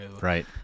right